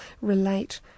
relate